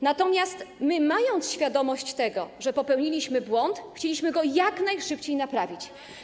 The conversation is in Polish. Natomiast my, mając świadomość tego, że popełniliśmy błąd, chcieliśmy go jak najszybciej naprawić.